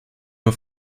auf